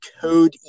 code